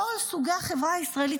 כל סוגי החברה הישראלית,